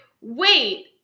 wait